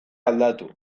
aldatu